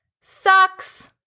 sucks